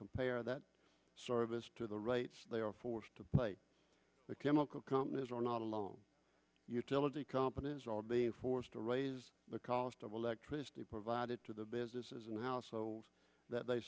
compare that service to the rates they are forced to play the chemical companies are not alone utility companies are being forced to raise the cost of electricity provided to the businesses and households that they